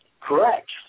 Correct